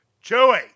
Joey